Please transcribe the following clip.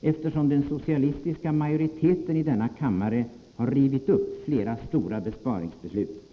eftersom den socialistiska majoriteten i denna kammare har rivit upp flera stora besparingsbeslut.